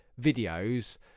videos